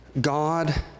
God